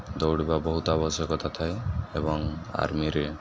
ଦୌଡ଼ିବା ବହୁତ ଆବଶ୍ୟକତା ଥାଏ ଏବଂ ଆର୍ମିରେ